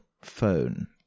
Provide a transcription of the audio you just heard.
phone